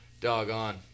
doggone